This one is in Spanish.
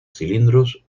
cilindros